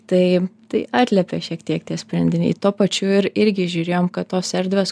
tai tai atliepė šiek tiek tie sprendiniai tuo pačiu ir irgi žiūrėjom kad tos erdvės